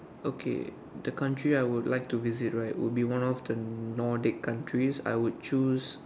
okay the country I would I like to visit right would be one of the northen countries I would choose